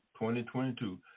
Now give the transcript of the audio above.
2022